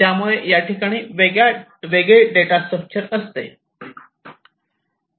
त्यामुळे याठिकाणी वेगळे डेटा स्ट्रक्चर असते